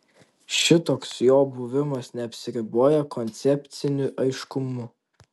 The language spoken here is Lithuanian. šitoks jo buvimas neapsiriboja koncepciniu aiškumu